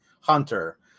Hunter